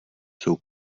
jsou